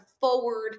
forward